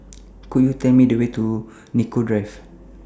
Could YOU Tell Me The Way to Nicoll Drive